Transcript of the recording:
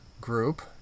group